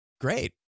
great